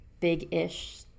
big-ish